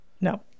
No